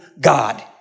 God